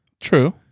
True